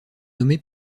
nommé